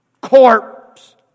corpse